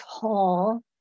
tall